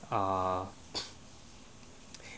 ah